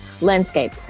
landscape